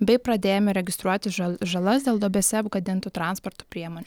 bei pradėjome registruoti ža žalas dėl duobėse apgadintų transporto priemonių